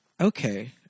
okay